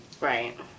Right